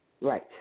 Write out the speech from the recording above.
Right